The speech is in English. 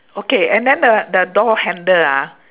okay and then the the door handle ah